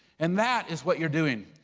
and that is what you're doing.